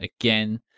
again